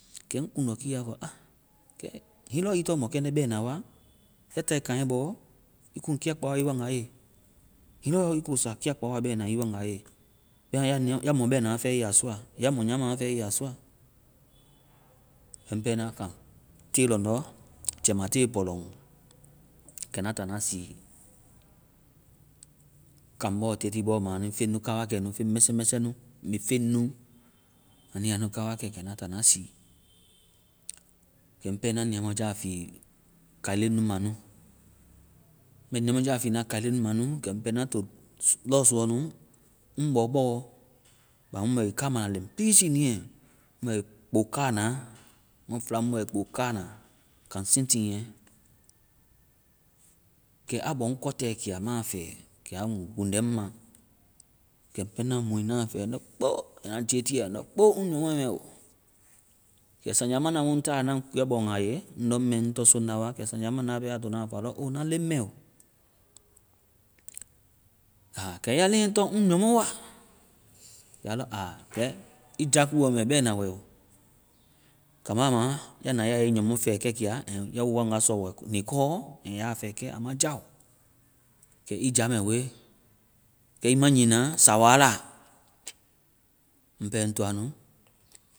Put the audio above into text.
Kɛ ŋ kuŋdɔkiiɛ a fɔ, a, hiŋi lɔ ii tɔŋ mɔkɛndɛ bɛna wa, ya tae kaŋɛ bɔ, ii kuŋ kia kpaowa ii wanga ye. Hiŋi lɔ ii kosa kia kpaowa ii wanga ye, bɛma ya mɔ bɛna fɛe ii ya sɔa. Ya mɔ nyama fɛe ii ya sɔa. Kɛ ŋ pɛ na kaŋ. te lɔŋdɔ jɛimate pɔlɔŋ, kɛ na ta na sii kaŋ bɔ. Teti bɔ ma. Anui feŋnu ka wa kɛ nu. Feŋ mɛsɛmɛsɛ nu. Mii feŋnu. Anua nu ka wa kɛ. Kɛ na ta na sii. Kɛ ŋ pɛ na ndiamɔja fi kaileŋnu ma nu. Ŋ bɛ ndiamɔja fi kaileŋnu ma nu, kɛ ŋ pɛ na to lɔ suɔ nu, ŋ bɔbɔ, banda mu mu bɛ wi kaama na leŋpiisi niiɛ, ŋ bɛ wi kpoka na. Mu fla mu bɛ wi kpoka na kaŋ same thing ɛŋ. Kɛ a bɔ ŋ kɔtɛ kia. Ma fɛ. Kɛ a gbuŋdɛ ŋ ma. Kɛ ŋ pɛ na mui na fɛ. Ndɔ kpo! Na jetiiɛ. Ndɔ kpo, ŋ nyɔmɔɛ mɛ o. Kɛ sanja manja mu ŋ ta na ŋ kuuɛbɔŋ a ye, ndɔ ŋ mɛ ŋ tɔŋ soŋda wa, kɛ saŋja manja a to nu a fɔ, alɔ o, na leŋ mɛ o. A. Kɛ ya leŋ tɔŋ ŋ nyɔmɔ wa. Kɛ alɔ, a kɛ ii jakuɔ mɛ bɛna wɛ. kaamba ma ya na ya ii nyɔmɔ fɛ kɛkia. and ya wo waŋga sɔ niikɔ. hiŋi ya fɛ kɛ, a ma jao. Kɛ ii ja mɛ we. Kɛ ii ma nyiina sawa la. Ŋ pɛ ŋ toa nu